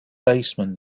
baseman